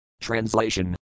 Translation